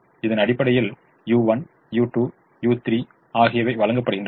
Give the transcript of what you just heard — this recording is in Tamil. இதன் அடிப்படையில் u1 u2 u3 ஆகியவை வழங்கப்படுகின்றன